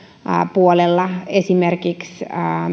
puolella esimerkiksi